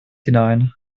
hinein